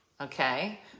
Okay